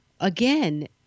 Again